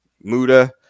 Muda